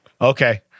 Okay